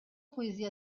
poesia